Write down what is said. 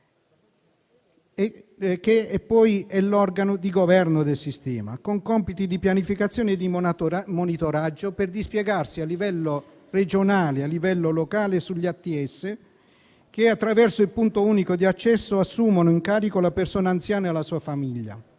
ed è l'organo di governo del sistema, con compiti di pianificazione e di monitoraggio, per dispiegarsi a livello regionale e a livello locale sugli ATS, che, attraverso il punto unico di accesso, assumono in carico la persona anziana e la sua famiglia.